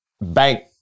bank